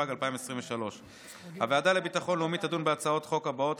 התשפ"ג 2023. הוועדה לביטחון לאומי תדון בהצעות החוק הבאות: